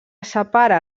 separa